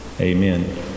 Amen